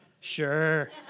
Sure